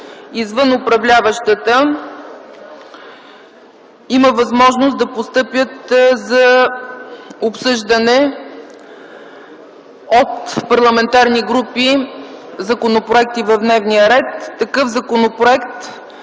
извън управляващата, има възможност да постъпят за обсъждане от парламентарните групи законопроекти в дневния ред.